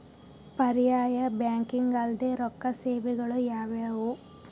ಪರ್ಯಾಯ ಬ್ಯಾಂಕಿಂಗ್ ಅಲ್ದೇ ರೊಕ್ಕ ಸೇವೆಗಳು ಯಾವ್ಯಾವು?